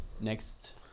Next